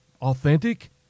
authentic